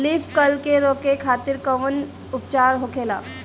Leaf curl के रोके खातिर कउन उपचार होखेला?